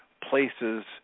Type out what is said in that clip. places